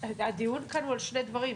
הדיון כאן הוא על שני דברים,